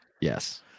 Yes